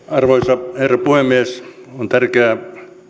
arvoisa herra puhemies on tärkeää